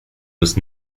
was